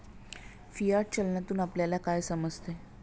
Fiat चलनातून आपल्याला काय समजते?